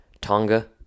Tonga